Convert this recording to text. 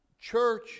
church